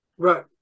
Right